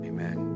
Amen